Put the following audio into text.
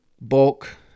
bulk